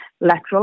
lateral